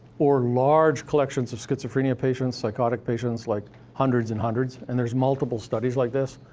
or large collections of schizophrenia patients, psychotic patients, like, hundreds and hundreds, and there's multiple studies like this.